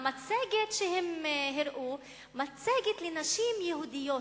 המצגת שהם הראו, מצגת לנשים יהודיות,